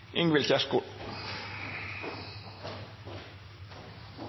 Ingvild Kjerkol